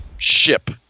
ship